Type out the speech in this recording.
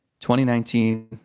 2019